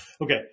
Okay